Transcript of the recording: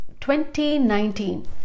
2019